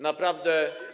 Naprawdę.